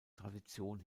tradition